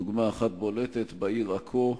דוגמה אחת בולטת היא בעיר עכו,